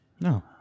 No